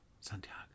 Santiago